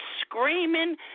screaming